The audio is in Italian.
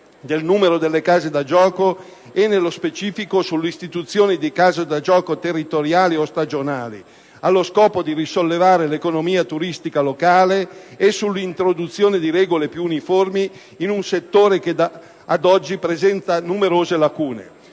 del numero delle case da gioco e, nello specifico, sull'istituzione di case da gioco territoriali o stagionali allo scopo di risollevare l'economia turistica locale e, sull'introduzione di regole più uniformi, in un settore che, ad oggi, presenta numerose lacune.